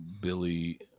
Billy